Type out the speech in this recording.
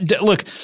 look